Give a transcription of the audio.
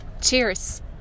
Cheers